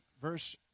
verse